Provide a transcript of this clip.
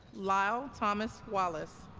lyle thomas wallace